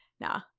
nah